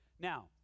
Now